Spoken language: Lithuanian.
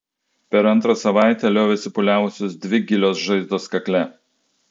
per antrą savaitę liovėsi pūliavusios dvi gilios žaizdos kakle